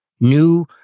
new